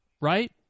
right